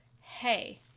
hey